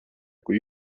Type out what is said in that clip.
kui